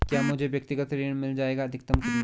क्या मुझे व्यक्तिगत ऋण मिल जायेगा अधिकतम कितना?